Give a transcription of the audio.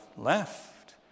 left